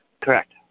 Correct